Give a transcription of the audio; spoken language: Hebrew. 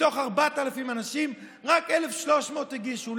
מתוך 4,000 אנשים, רק 1,300 הגישו.